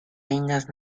reinas